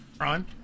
Ron